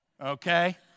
okay